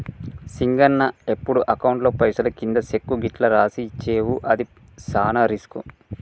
సింగన్న ఎప్పుడు అకౌంట్లో పైసలు కింది సెక్కు గిట్లు రాసి ఇచ్చేవు అది సాన రిస్కు